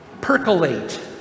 percolate